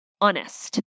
honest